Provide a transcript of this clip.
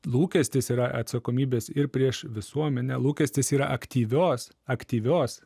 lūkestis yra atsakomybės ir prieš visuomenę lūkestis yra aktyvios aktyvios